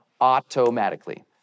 automatically